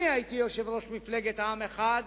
אני הייתי יושב-ראש מפלגת עם אחד,